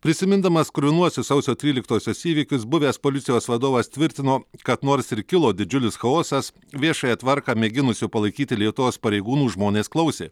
prisimindamas kruvinuosius sausio tryliktosios įvykius buvęs policijos vadovas tvirtino kad nors ir kilo didžiulis chaosas viešąją tvarką mėginusių palaikyti lietuvos pareigūnų žmonės klausė